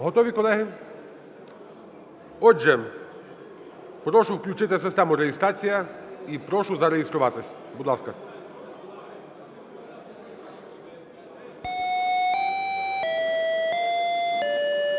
Готові, колеги? Отже, прошу включити систему реєстрації і прошу зареєструватись, будь ласка. 10:03:04